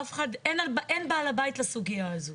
אף אחד, אין בעל הבית לסוגיה הזאת.